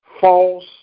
false